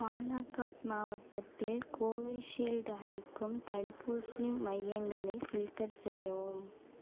பாலாகாட் மாவட்டத்தில் கோவிஷீல்டு அளிக்கும் தடுப்பூசி மையங்களை ஃபில்டர் செய்யவும்